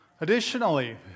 Additionally